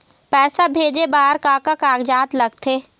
पैसा भेजे बार का का कागजात लगथे?